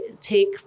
take